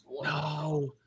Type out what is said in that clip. No